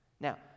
Now